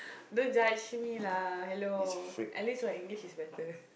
don't judge me lah hello at least my English is better